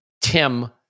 Tim